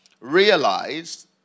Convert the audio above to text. realized